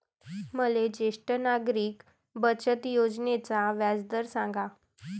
मले ज्येष्ठ नागरिक बचत योजनेचा व्याजदर सांगा